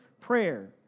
prayer